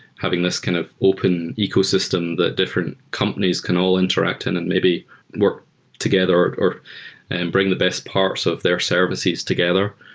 having this kind of open ecosystem that different companies can all interact and then and maybe work together or and bring the best parts of their services together,